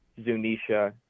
Zunisha